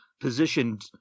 positioned